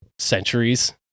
centuries